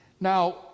Now